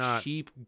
cheap